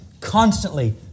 constantly